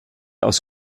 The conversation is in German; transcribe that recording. aus